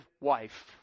wife